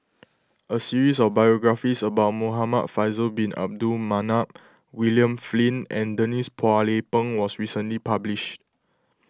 a series of biographies about Muhamad Faisal Bin Abdul Manap William Flint and Denise Phua Lay Peng was recently published